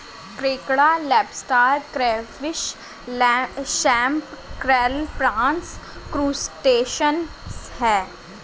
केकड़ा lobster crayfish shrimp krill prawns crustacean है